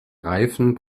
reifen